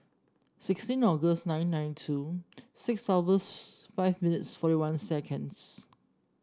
sixteen August nine nine two six hours five minutes forty one seconds